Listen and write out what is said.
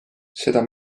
seda